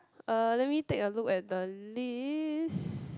uh let me take a look at the list